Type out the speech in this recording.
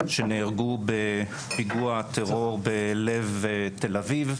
שנהרגו בפיגוע טרור בלב תל אביב.